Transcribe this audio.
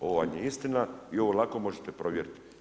Ovo vam je istina i ovo lako možete provjeriti.